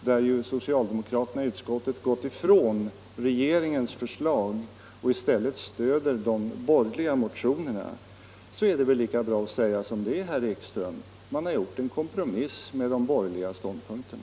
där socialdemokraterna i utskottet har gått ifrån regeringens förslag och i stället stödjer de borgerliga motionerna — är det väl lika bra att säga som det är, herr Ekström: Man har gjort en kompromiss med de borgerliga ståndpunkterna.